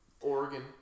Oregon